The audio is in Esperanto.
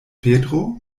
petro